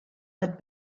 led